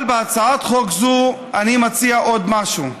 אבל בהצעת חוק זו אני מציע עוד משהו: